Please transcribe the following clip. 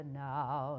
now